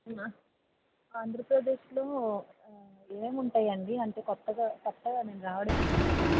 ఆంధ్రప్రదేశ్లో ఏముంటుందండి అంటే కొత్తగా కొత్తగా మేం రావడం ఇక్కడికి